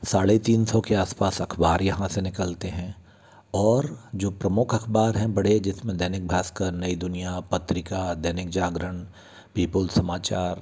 साढ़े तीन सौ के आस पास अख़बार यहाँ से निकलते हैं और जो प्रमुख अख़बार हैं बड़े जिसमें दैनिक भास्कर नई दुनिया पत्रिका दैनिक जागरण पीपल समाचार